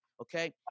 Okay